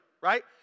Right